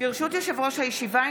ברשות יושב-ראש הישיבה,